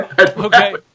Okay